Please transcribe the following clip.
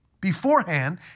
beforehand